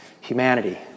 humanity